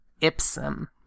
ipsum